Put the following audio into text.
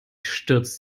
stürzt